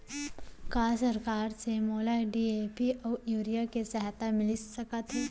का सरकार से मोला डी.ए.पी अऊ यूरिया के सहायता मिलिस सकत हे?